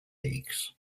leagues